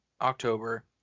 October